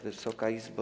Wysoka Izbo!